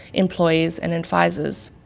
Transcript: employees, and advisors.